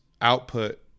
output